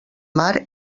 mar